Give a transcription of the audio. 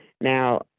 Now